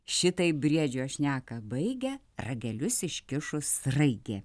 šitaip briedžio šneką baigia ragelius iškišus sraigė